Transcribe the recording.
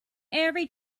every